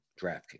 DraftKings